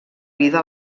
vida